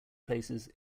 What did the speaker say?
places